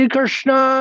Krishna